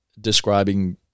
describing